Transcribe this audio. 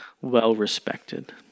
well-respected